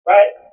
Right